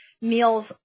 Meals